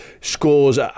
Scores